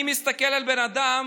אני מסתכל על בן אדם